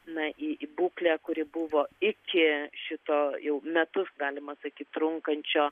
na į būklę kuri buvo iki šito jau metus galima sakyti trunkančio